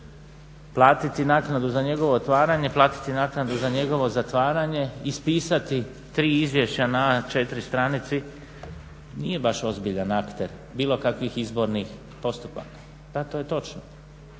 platiti naknadu za njegovo zatvaranje, ispisati tri izvješća na A4 stranici nije baš ozbiljan akter bilo kakvih izbornih postupaka. Da, to je točno.